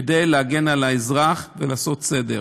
כדי להגן על האזרח ולעשות סדר.